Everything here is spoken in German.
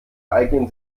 eignen